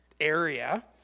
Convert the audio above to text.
area